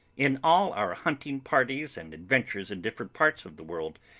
in all our hunting parties and adventures in different parts of the world,